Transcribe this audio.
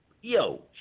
Yo